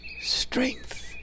strength